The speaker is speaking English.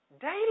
daily